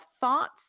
thoughts